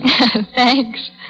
Thanks